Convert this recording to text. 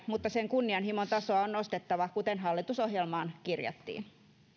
mutta sen kunnianhimon tasoa on nostettava kuten hallitusohjelmaan kirjattiin